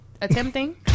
attempting